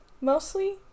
mostly